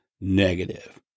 negative